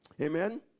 Amen